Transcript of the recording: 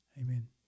Amen